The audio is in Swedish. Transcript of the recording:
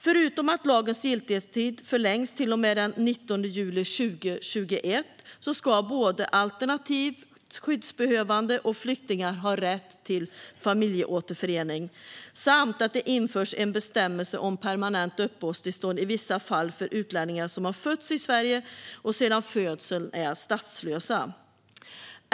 Förutom att lagens giltighetstid förlängs till och med den 19 juli 2021 ska både alternativt skyddsbehövande och flyktingar ha rätt till familjeåterförening. Vidare införs en bestämmelse om permanent uppehållstillstånd i vissa fall för utlänningar som fötts i Sverige och sedan födseln är statslösa.